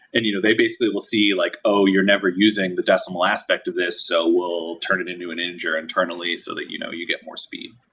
and you know they basically will see like, oh, you're never using the decimal aspect of this. so we'll turn it into an integer internally so that you know you get more speed.